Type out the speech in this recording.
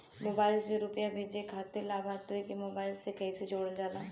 Mobile से रूपया भेजे खातिर लाभार्थी के मोबाइल मे कईसे जोड़ल जाला?